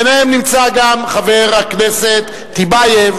ביניהם נמצא גם חבר הכנסת טיבייב,